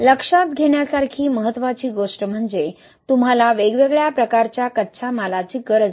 लक्षात घेण्यासारखी महत्त्वाची गोष्ट म्हणजे तुम्हाला वेगवेगळ्या प्रकारच्या कच्च्या मालाची गरज नाही